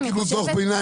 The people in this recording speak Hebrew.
הם לא קיבלו דוח ביניים,